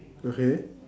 okay